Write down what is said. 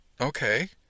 okay